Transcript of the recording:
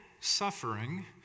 suffering